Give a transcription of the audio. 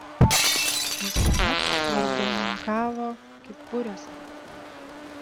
jis tuomet vargoninkavo kyburiuose